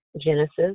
Genesis